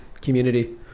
community